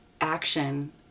action